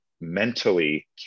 mentally